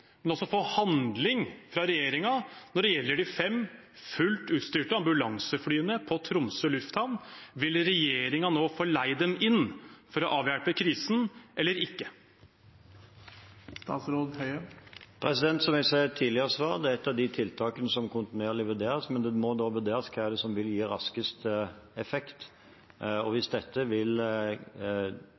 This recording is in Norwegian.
men også få handling fra regjeringen når det gjelder de fem fullt utstyrte ambulanseflyene på Tromsø lufthavn. Vil regjeringen nå få leid dem inn for å avhjelpe krisen, eller ikke? Som jeg sa i et tidligere svar, er det et av tiltakene som kontinuerlig vurderes, men det må da vurderes hva som gir raskest effekt. Hvis dette er et tiltak som vil kreve mer tid og ressurser før det faktisk får effekt,